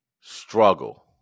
struggle